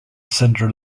centre